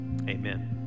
Amen